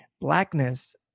blackness